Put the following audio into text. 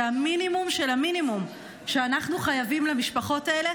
זה המינימום של המינימום שאנחנו חייבים למשפחות האלה,